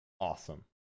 awesome